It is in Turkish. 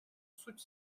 suç